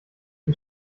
sie